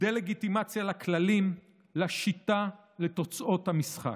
דה-לגיטימציה לכללים, לשיטה, לתוצאות המשחק.